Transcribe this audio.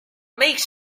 makes